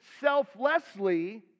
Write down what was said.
selflessly